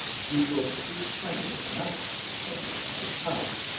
he will speak plainly enough when the time comes,